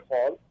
Hall